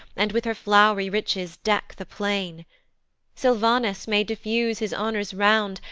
and with her flow'ry riches deck the plain sylvanus may diffuse his honours round,